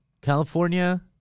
California